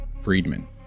Friedman